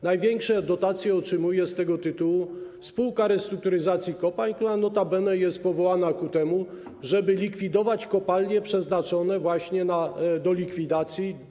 Największe dotacje otrzymuje z tego tytułu Spółka Restrukturyzacji Kopalń, która notabene jest powołana po to, żeby likwidować kopalnie przeznaczone do likwidacji.